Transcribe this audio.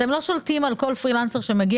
אתם לא שולטים על כל פרילנסר שמגיע